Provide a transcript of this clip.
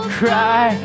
cry